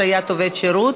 השעיית עובד שירות).